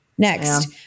Next